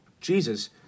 Jesus